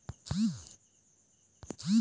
किसान मन ला सरकार से का फ़ायदा हे?